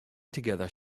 together